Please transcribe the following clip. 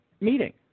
meeting